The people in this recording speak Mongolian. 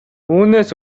үүнээс